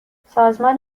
سازمان